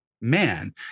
Man